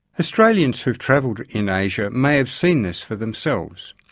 australians who have travelled in asia may have seen this for themselves.